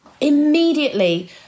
immediately